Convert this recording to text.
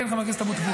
כן, חבר הכנסת אבוטבול.